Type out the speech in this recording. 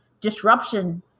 disruption